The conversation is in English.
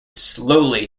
slowly